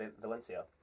Valencia